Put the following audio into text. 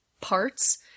parts